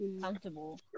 comfortable